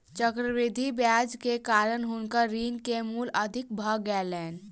चक्रवृद्धि ब्याज के कारण हुनकर ऋण के मूल अधिक भ गेलैन